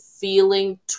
feeling